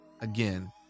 again